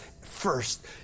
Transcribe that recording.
first